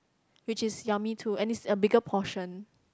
which is yummy too and it's a bigger portion